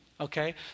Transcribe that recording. Okay